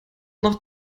noch